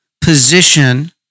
position